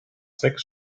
sechs